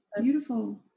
beautiful